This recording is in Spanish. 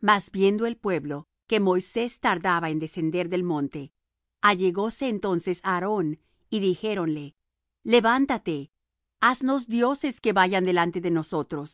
mas viendo el pueblo que moisés tardaba en descender del monte allegóse entonces á aarón y dijéronle levántate haznos dioses que vayan delante de nosotros